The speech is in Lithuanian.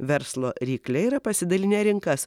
verslo rykliai yra pasidalinę rinkas